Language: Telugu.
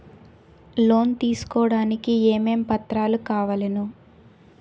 లోన్ తీసుకోడానికి ఏమేం పత్రాలు కావలెను?